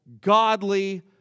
godly